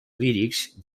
lírics